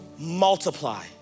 multiply